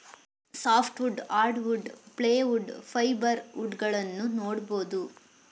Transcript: soft wood, hardwood, plywood, fibre wood ಗಳನ್ನೂ ನೋಡ್ಬೋದು